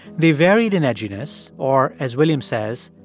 they varied in edginess or, as williams says,